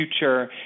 future